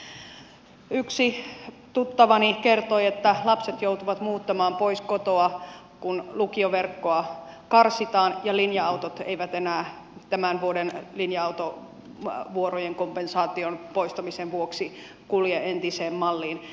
yksi tuttavani kertoi että lapset joutuvat muuttamaan pois kotoa kun lukioverkkoa karsitaan ja linja autot eivät enää tämän vuoden linja autovuorojen kompensaation poistamisen vuoksi kulje entiseen malliin